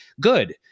good